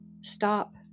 stop